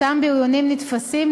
אותם בריונים נתפסים,